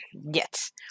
Yes